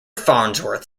farnsworth